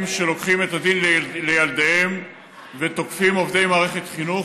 שלוקחים את הדין לידיהם ותוקפים עובדי מערכת חינוך,